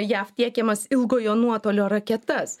jav tiekiamas ilgojo nuotolio raketas